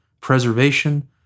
preservation